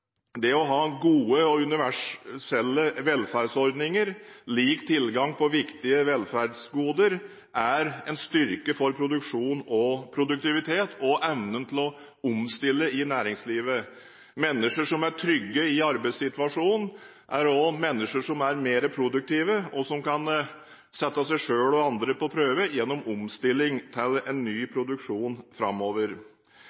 det å ha gode og universelle velferdsordninger, lik tilgang på viktige velferdsgoder, er en styrke for produksjon og produktivitet og evnen til å omstille i næringslivet. Mennesker som er trygge i arbeidssituasjonen, er også mennesker som er mer produktive, og som kan sette seg selv og andre på prøve gjennom omstilling til en ny